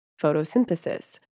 photosynthesis